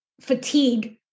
fatigue